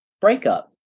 breakup